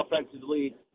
offensively